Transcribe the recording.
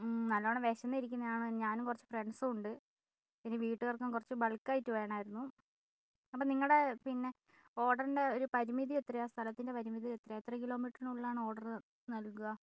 നല്ലോണം വിശന്നിരിക്കുന്നതാണ് ഞാനും കുറച്ച് ഫ്രണ്ട്സും ഉണ്ട് ഇനി വീട്ടുകാർക്കും കുറച്ചു ബൾക്കായിട്ട് വേണമായിരുന്നു അപ്പം നിങ്ങളുടെ പിന്നെ ഓർഡറിൻ്റെ ഒരു പരിമിതി എത്രയാണ് സ്ഥലത്തിൻ്റെ പരിമിതി എത്രയാണ് എത്ര കിലോമീറ്ററിനുള്ളിലാണ് ഓർഡർ നൽകുക